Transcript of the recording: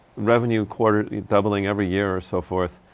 revenue quarterly doubling every year or so forth,